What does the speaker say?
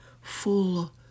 full